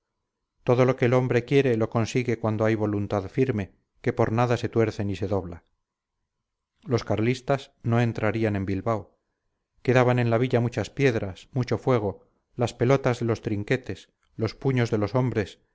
todo lo que el hombre quiere lo consigue cuando hay voluntad firme que por nada se tuerce ni se dobla los carlistas no entrarían en bilbao quedaban en la villa muchas piedras mucho fuego las pelotas de los trinquetes los puños de los hombres